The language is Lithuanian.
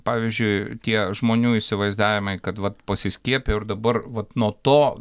pavyzdžiui tie žmonių įsivaizdavimai kad vat pasiskiepijau ir dabar vat nuo to